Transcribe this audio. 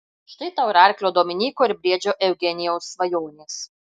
štai tau ir arklio dominyko ir briedžio eugenijaus svajonės